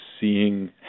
seeing